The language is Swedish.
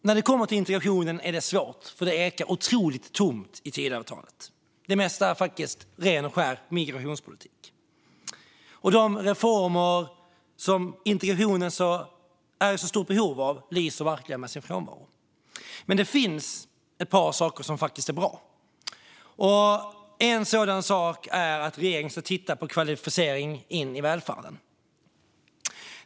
När det gäller integrationen är det svårt, för det ekar otroligt tomt i Tidöavtalet. Det mesta är faktiskt ren och skär migrationspolitik. De reformer som integrationen är i så stort behov av lyser verkligen med sin frånvaro. Men det finns ett par saker som faktiskt är bra. En sådan sak är att regeringen ska titta på kvalificering in i välfärden.